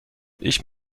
ich